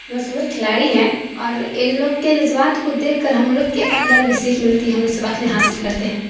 مشہور کھلاڑی ہیں اور ان لوگ کے جذبات کو دیکھ کر ہم لوگ کے اندر بھی سیکھ ملتی ہے ہم لوگ سبق حاصل کرتے ہیں